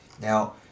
Now